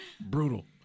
brutal